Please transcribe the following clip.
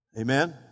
Amen